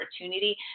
opportunity